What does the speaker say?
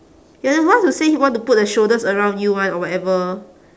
you're the one who say he want to put the shoulders around you [one] or whatever